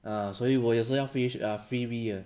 ah 所以我有时候要 fr~ uh freebie 的